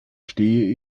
stehe